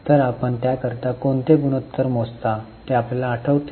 तर आपण त्याकरिता कोणते गुणोत्तर मोजता ते आपल्याला आठवते